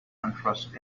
contrast